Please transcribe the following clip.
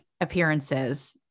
appearances